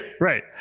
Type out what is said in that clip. Right